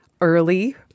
early